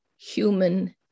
human